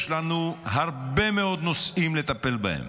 יש לנו הרבה מאוד נושאים לטפל בהם,